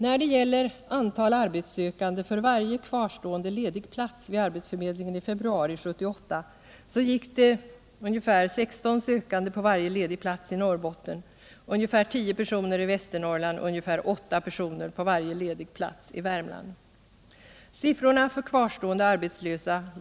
När det gäller antalet arbetssökande för varje kvarstående ledig plats vid arbetsförmedlingen i februari 1978 så gick det ungefär 16 sökande på varje ledig plats i Norrbotten, ungefär 10 personer i Västernorrland och ungefär 8 personer på varje ledig plats i Värmland.